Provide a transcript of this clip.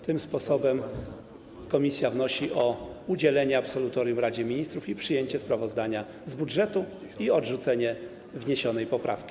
Tym sposobem komisja wnosi o udzielenie absolutorium Radzie Ministrów, przyjęcie sprawozdania z budżetu i odrzucenie wniesionej poprawki.